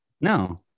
no